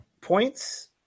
points